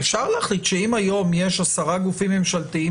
אפשר להחליט שאם היום יש 10 גופים ממשלתיים